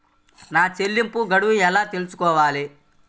నా చెల్లింపు గడువు ఎలా తెలుసుకోవాలి?